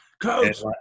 coach